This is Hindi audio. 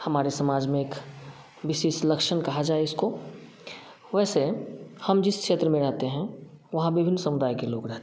हमारे समाज में एक विशेष लक्षण कहा जाए इसको वैसे हम जिस क्षेत्र में रहते हैं वहाँ विभिन्न समुदाय के लोग रहते हैं